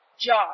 job